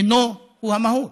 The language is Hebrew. הוא המהות.